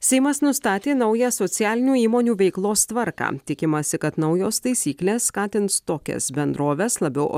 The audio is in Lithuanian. seimas nustatė naują socialinių įmonių veiklos tvarką tikimasi kad naujos taisyklės skatins tokias bendroves labiau